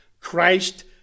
Christ